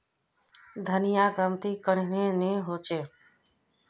धनिया गर्मित कन्हे ने होचे?